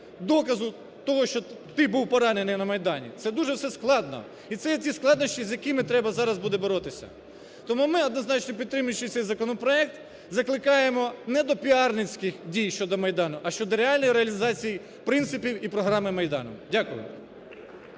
доказу того, що ти був поранений на Майдані. Це дуже все складно, і це є ці складнощі, з якими треба буде зараз боротися. Тому ми, однозначно підтримуючи цей законопроект, закликаємо не до піарницький дій щодо Майдану, а щодо реальної реалізації принципів і програми Майдану. Дякую.